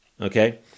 okay